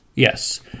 Yes